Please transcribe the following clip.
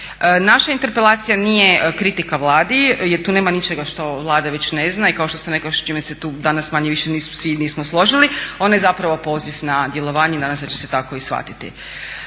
Naša interpelacija nije kritika Vladi, jer tu nema ničega što Vlada već ne zna i kao što sam već rekla čime se tu danas manje-više nismo svi složili onaj zapravo poziv na djelovanje. Nadam se da će se tako i shvatiti.